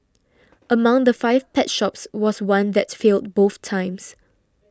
among the five pet shops was one that failed both times